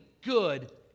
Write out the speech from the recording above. good